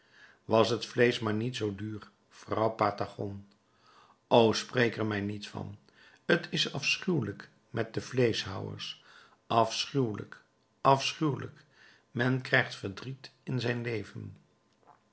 was het vleesch maar niet zoo duur vrouw patagon och spreek er mij niet van t is afschuwelijk met de vleeschhouwers afschuwelijk afschuwelijk men krijgt verdriet in zijn leven